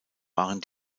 waren